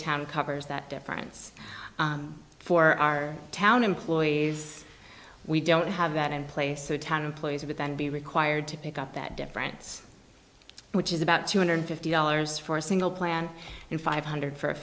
town covers that difference for our town employees we don't have that in place so ten employees would then be required to pick up that difference which is about two hundred fifty dollars for a single plan and five hundred for a